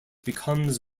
becomes